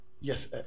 yes